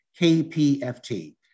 KPFT